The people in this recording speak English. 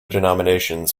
denominations